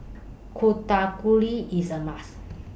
Ku Chai Kuih IS A must